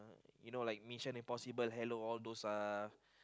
you know like Mission Impossible hello all those are